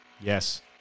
Yes